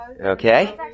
Okay